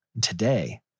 Today